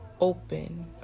open